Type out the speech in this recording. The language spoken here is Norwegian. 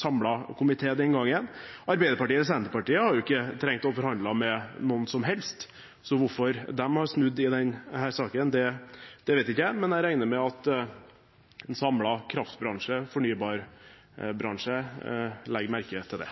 samlet komité den gangen. Arbeiderpartiet og Senterpartiet har jo ikke trengt å forhandle med noen som helst, så hvorfor de har snudd i denne saken, vet ikke jeg. Men jeg regner med at en samlet kraftbransje, fornybarbransje, legger merke til det.